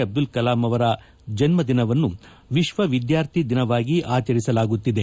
ಅಬ್ದುಲ್ ಕಲಾಂ ಅವರ ಜನ್ನದಿನವನ್ನು ವಿಶ್ವ ವಿದ್ವಾರ್ಥಿ ದಿನವಾಗಿ ಆಚರಿಸಲಾಗುತ್ತಿದೆ